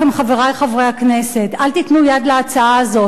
חברי חברי הכנסת: אל תיתנו יד להצעה הזאת,